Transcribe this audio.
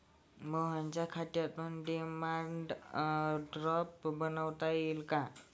मोहनच्या खात्यातून demand draft बनवता येईल का?